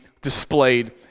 displayed